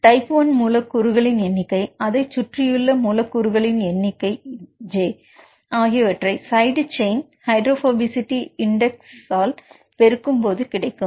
type I மூலக்கூறுகளின் எண்ணிக்கை அதைச் சுற்றியுள்ள மூலக்கூறுகளின் எண்ணிக்கை j ஆகியவற்றை சைடு செயின் ஹைடிராப்ஹோபிசிஐடி இண்டக்ஸ்ஆல் பெருக்கும்போது கிடைக்கும்